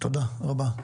תודה רבה.